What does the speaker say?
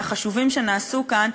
מהחשובים שנעשו כאן,